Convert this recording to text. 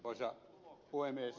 arvoisa puhemies